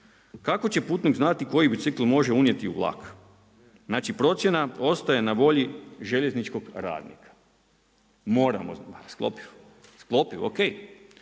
Kako će putnik znati koji bicikl može unijeti u vlak? Znači procjena ostaje na volji željezničkog radnika. Moramo …/Govornik se